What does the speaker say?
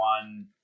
one